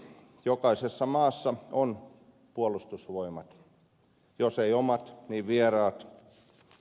jokaisessa maassa on puolustusvoimat jos ei omat niin vieraat